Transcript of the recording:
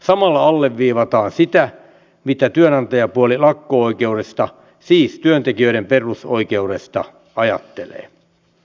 samalla alleviivataan sitä mitä työnantajapuoli lakko oikeudesta siis työntekijöiden perusoikeudesta ajattelee